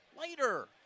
Later